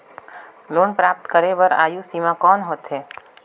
Loan प्राप्त करे बर आयु सीमा कौन होथे?